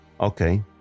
Okay